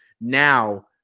Now